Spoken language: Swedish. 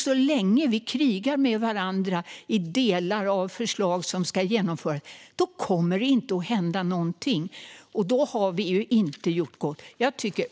Så länge vi krigar med varandra om delar av förslag som ska genomföras kommer det inte att hända någonting, och då har vi inte gjort gott.